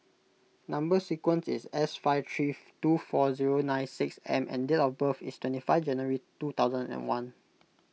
Number Sequence is S five three two four zero nine six M and date of birth is twenty five January two thousand and one